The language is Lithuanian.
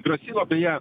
grasino beje